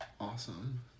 awesome